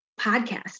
podcast